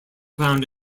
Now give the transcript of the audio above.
found